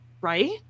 right